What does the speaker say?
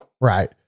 right